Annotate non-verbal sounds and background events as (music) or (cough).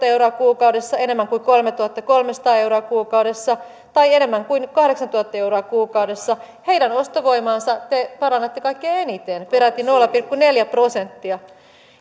(unintelligible) euroa kuukaudessa enemmän kuin kolmetuhattakolmesataa euroa kuukaudessa tai enemmän kuin kahdeksantuhatta euroa kuukaudessa heidän ostovoimaansa te parannatte kaikkein eniten peräti nolla pilkku neljä prosenttia